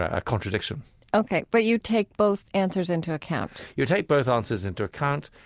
a contradiction ok. but you take both answers into account you take both answers into account.